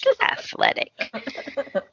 athletic